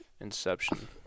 Inception